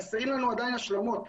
חסרים לנו עדיין השלמות.